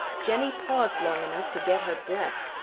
jenny paused long enough to get her breath.